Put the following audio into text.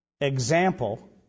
example